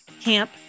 Camp